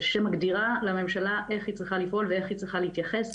שמגדירה לממשלה איך היא צריכה לפעול ואיך היא צריכה להתייחס.